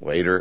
later